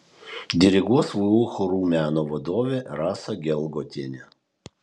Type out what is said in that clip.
diriguos vu chorų meno vadovė rasa gelgotienė